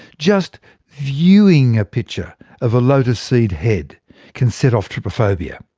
just viewing a picture of a lotus seed head can set off trypophobia!